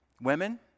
women